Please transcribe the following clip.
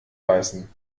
weißen